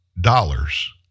dollars